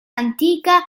antica